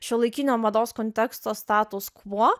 šiuolaikinio mados konteksto status quo